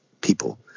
people